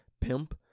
pimp